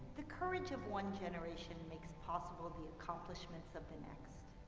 the courage of one generation makes possible the accomplishments of the next.